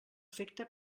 efecte